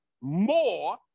more